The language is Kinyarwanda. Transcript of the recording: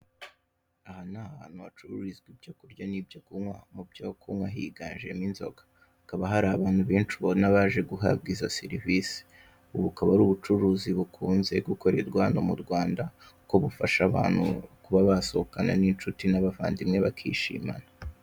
Aha ni ahantu hacururizwa ibyo kurya n'ibyo kunywa mu byo kunywa higanjemo inzoga. Hakaba hari abantu benshi ubona baje guhabwa izo serivisi, ubu akaba ari ubucuruzi bukunze gukorerwa hano mu Rwanda bwogufasha abantu kuba basohokana n'inshuti n'abavandimwe bakishimana.